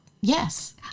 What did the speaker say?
Yes